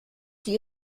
sie